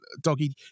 doggy